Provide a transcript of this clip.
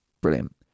Brilliant